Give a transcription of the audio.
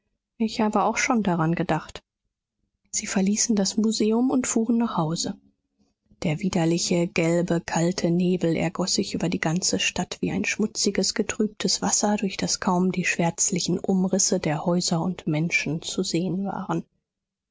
ich habe auch schon daran gedacht sie verließen das museum und fuhren nach hause der widerliche gelbe kalte nebel ergoß sich über die ganze stadt wie ein schmutziges getrübtes wasser durch das kaum die schwärzlichen umrisse der häuser und menschen zu sehen waren